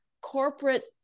corporate